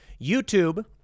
YouTube